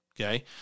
Okay